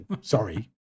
sorry